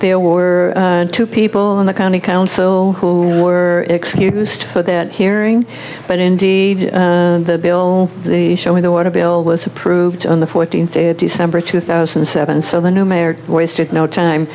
there were two people in the county council who were excused for that hearing but indeed the bill the showing the water bill was approved on the fourteenth day of december two thousand and seven so the new mayor wasted no time